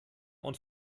und